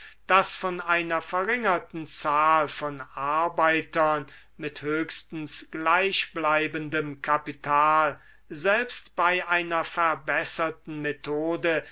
das von einer verringerten zahl von arbeitern mit höchstens gleichbleibendem kapital selbst bei einer verbesserten methode